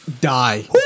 die